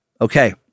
Okay